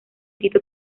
tito